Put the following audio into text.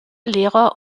lehrer